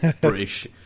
British